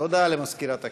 הודעה למזכירת הכנסת.